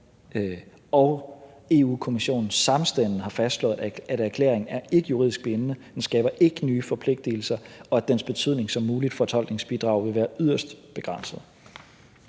og Europa-Kommissionen samstemmende har fastslået, at erklæringen ikke er juridisk bindende, den skaber ikke nye forpligtelser, og at dens betydning som muligt fortolkningsbidrag vil være yderst begrænset.